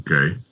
okay